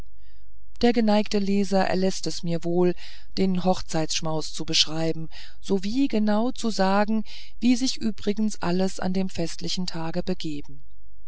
der geneigte leser erläßt es mir wohl den hochzeitsschmaus zu beschreiben sowie genau zu sagen wie sich übrigens alles an dem festlichen tage begeben